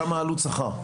כמה עלות שכר?